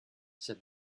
said